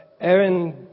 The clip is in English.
Aaron